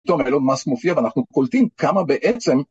טוב, איילון מאסק מופיע ואנחנו קולטים כמה בעצם.